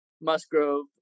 Musgrove